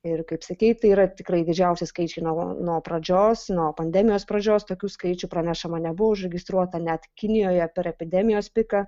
ir kaip sakei tai yra tikrai didžiausi skaičiai nuo nuo pradžios nuo pandemijos pradžios tokių skaičių pranešama nebuvo užregistruota net kinijoje per epidemijos piką